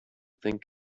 think